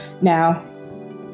Now